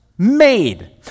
made